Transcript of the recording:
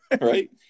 Right